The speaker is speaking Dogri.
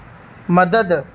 मदद